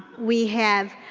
we have,